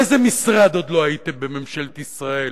באיזה משרד עוד לא הייתם בממשלת ישראל?